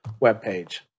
webpage